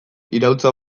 iraultza